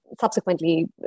subsequently